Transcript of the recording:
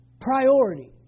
Priority